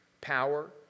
power